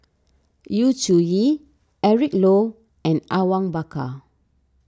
Yu Zhuye Eric Low and Awang Bakar